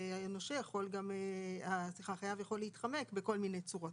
והחייב גם יכול להתחמק בכל מיני צורות.